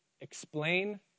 explain